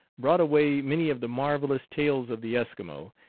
brought away many of the marvelous tales of the eskimo,